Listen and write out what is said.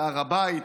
הר הבית